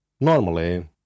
Normally